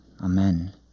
Amen